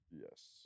Yes